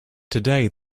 today